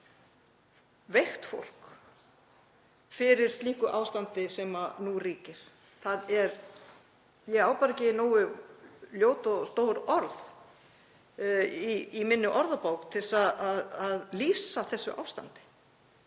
veikt fólk fyrir slíku ástandi sem nú ríkir. Ég á bara ekki nógu ljót og stór orð í minni orðabók til að lýsa þessu ástandi.